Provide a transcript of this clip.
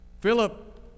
Philip